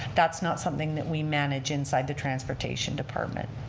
that's not something that we manage inside the transportation department.